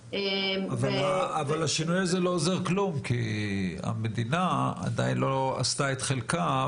--- אבל השינוי הזה לא עוזר כלום כי המדינה עדיין לא עשתה את חלקה,